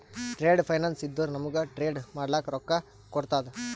trade finance ಇದ್ದುರ ನಮೂಗ್ trade ಮಾಡ್ಲಕ ರೊಕ್ಕಾ ಕೋಡ್ತುದ